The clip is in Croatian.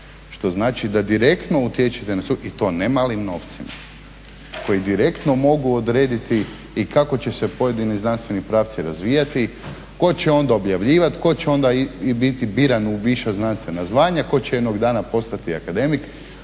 što znači da direktno utječete i to ne malim novcima koji direktno mogu odrediti i kako će se pojedini znanstveni pravci razvijati, tko će onda objavljivati, tko će onda biti biran u viša znanstvena zvanja, tko će jednog dana postati akademik,